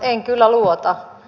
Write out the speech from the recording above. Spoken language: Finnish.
en kyllä luota